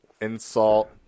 insult